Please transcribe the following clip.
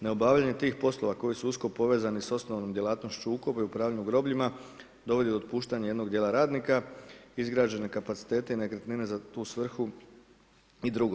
Ne obavljanjem tih poslova, koji su usko povezani sa osnovnom djelatnošću ukopa i upravljanju grobljima, dovodi do otpuštanja jednog dijela radnika, izrađene kapacitete i nekretnine za tu svrhu i drugo.